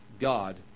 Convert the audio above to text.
God